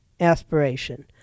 aspiration